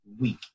week